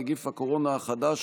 נגיף הקורונה החדש),